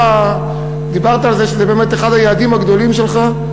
אתה דיברת על זה שזה באמת אחד היעדים הגדולים שלך.